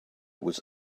was